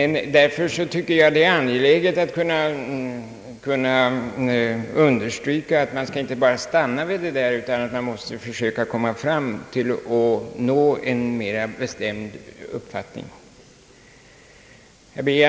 Därför tycker jag att det är angeläget att understryka, att man inte skall stanna bara vid dessa förberedande utredningar, utan försöka komma fram till mera bestämda uppfattningar.